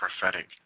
prophetic